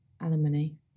alimony